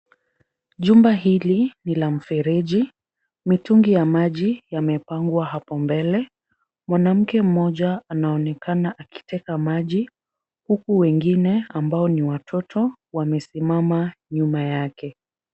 Jumba hili ni la mfereji. Mitungi ya maji yamepangwa hapo mbele. Mwanamke mmoja anaonekana akiteka maji huku wengine ambao ni watoto wamesimama nyuma yake.